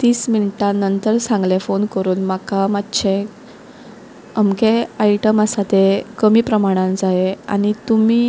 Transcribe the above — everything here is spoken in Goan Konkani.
तीस मिनटा नंतर सांगलें फोन करून म्हाका मातशें अमकें आयटम आसा ते कमी प्रमाणान जाये आनीक तुमी